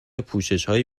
پوششهای